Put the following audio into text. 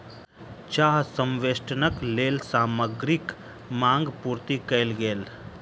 चाह संवेष्टनक लेल सामग्रीक मांग पूर्ति कयल गेल